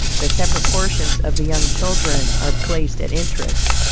the separate portions of the young children are placed at interest,